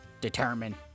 determine